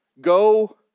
go